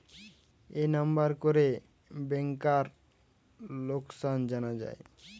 এই নাম্বার করে ব্যাংকার লোকাসান জানা যায়